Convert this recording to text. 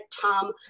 Tom